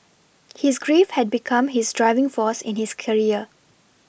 his grief had become his driving force in his career